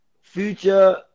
Future